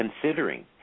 considering